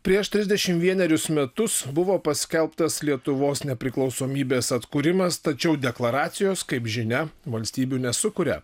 prieš trisdešimt vienerius metus buvo paskelbtas lietuvos nepriklausomybės atkūrimas tačiau deklaracijos kaip žinia valstybių nesukuria